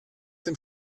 dem